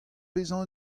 bezañ